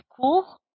cool